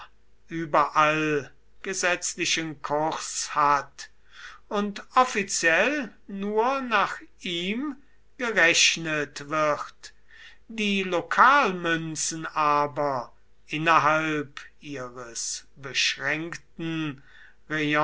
überall gesetzlichen kurs hat und offiziell nur nach ihm gerechnet wird die lokalmünzen aber innerhalb ihres beschränkten